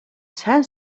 сайн